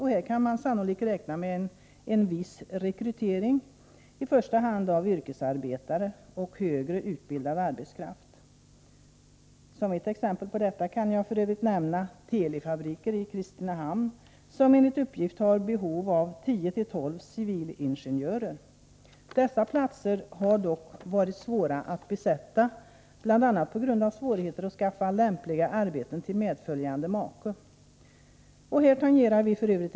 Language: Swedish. Här kan man sannolikt räkna med en viss rekrytering, i första hand av yrkesarbetare och bättre utbildad arbetskraft. Som ett exempel på detta kan jag nämna Telis fabriker i Kristinehamn, som enligt uppgift har behov av 10-12 civilingenjörer. Det har dock varit svårt att besätta dessa tjänster. Det har nämligen varit svårt att skaffa lämpliga arbeten till medföljande make. Här tangerar vi f.ö.